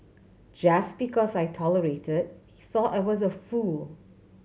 just because I tolerated thought I was a fool